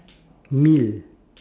meal